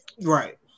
Right